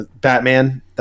Batman